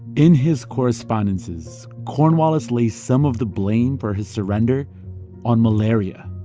in his correspondences, cornwallis lays some of the blame for his surrender on malaria